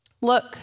Look